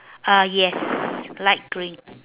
uh yes light green